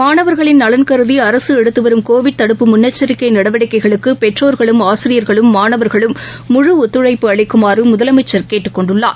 மாணவர்களின் கருதிஅரசுஎடுத்துவரும் நலன் கோவிட் தடுப்பு முன்னெச்சரிக்கைநடவடிக்கைகளுக்குபெற்றோா்களும் ஆசிரியா்களும் மாணவர்களும் ஒத்துழைப்பு முழு அளிக்குமாறுமுதலமைச்சர் கேட்டுக் கொண்டுள்ளார்